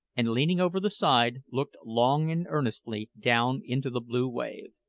and leaning over the side, looked long and earnestly down into the blue wave.